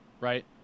right